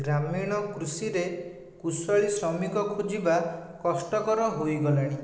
ଗ୍ରାମୀଣ କୃଷିରେ କୁଶଳୀ ଶ୍ରମିକ ଖୋଜିବା କଷ୍ଟକର ହୋଇଗଲାଣି